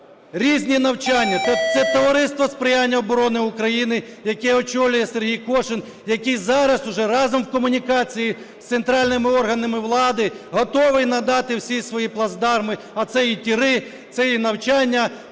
різні навчання. Це "Товариство сприяння обороні України", яке очолює Сергій Кошин, який зараз вже разом в комунікації з центральними органами влади готовий надати всі свої плацдарми, а це і тири, це і навчання